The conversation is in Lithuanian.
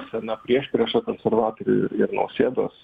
sena priešprieša konservatorių ir ir nausėdos